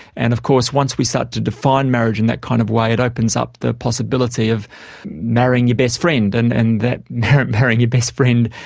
and of course once we start to define marriage in that kind of way, it opens up the possibility of marrying your best friend, and and that marrying your best friend,